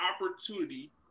opportunity